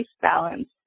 balance